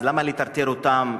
למה לטרטר אותם,